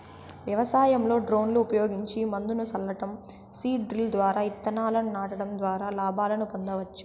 వ్యవసాయంలో డ్రోన్లు ఉపయోగించి మందును సల్లటం, సీడ్ డ్రిల్ ద్వారా ఇత్తనాలను నాటడం ద్వారా లాభాలను పొందొచ్చు